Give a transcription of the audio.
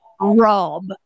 Rob